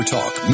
Talk